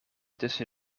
tussen